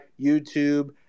YouTube